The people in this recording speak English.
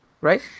right